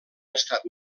estat